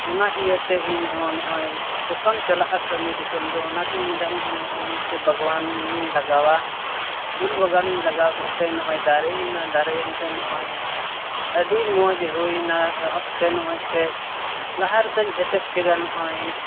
ᱚᱱᱟ ᱤᱭᱟᱛᱮ ᱤᱧ ᱦᱚᱸ ᱱᱚᱜᱼᱚᱸᱭ ᱚᱠᱟᱢ ᱪᱟᱞᱟᱜᱼᱟ ᱠᱟᱹᱢᱤ ᱫᱤᱥᱚᱢ ᱫᱚ ᱚᱱᱟᱛᱮ ᱤᱧ ᱦᱚᱧ ᱢᱮᱱᱫᱟ ᱤᱧ ᱦᱚᱸ ᱱᱚᱜᱼᱚᱸᱭ ᱢᱤᱫᱴᱮᱱ ᱵᱟᱜᱣᱟᱱ ᱤᱧ ᱞᱟᱜᱟᱣᱟ ᱩᱞ ᱵᱟᱜᱟᱱ ᱤᱧ ᱞᱟᱜᱟᱣ ᱠᱮᱫᱛᱮ ᱱᱚᱜᱼᱚᱸᱭ ᱫᱟᱨᱮᱭᱮᱱᱟ ᱫᱟᱨᱮᱭᱮᱱ ᱛᱮ ᱱᱚᱜᱼᱚᱸᱭ ᱟᱹᱰᱤ ᱢᱚᱡᱽ ᱦᱩᱭᱱᱟ ᱮᱦᱚᱵᱛᱮ ᱢᱚᱡᱽ ᱛᱮ ᱞᱟᱦᱟ ᱨᱮᱫᱚᱧ ᱮᱴᱮᱫ ᱠᱮᱫᱟ ᱱᱚᱜᱼᱚᱸᱭ